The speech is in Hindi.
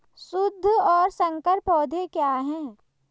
शुद्ध और संकर पौधे क्या हैं?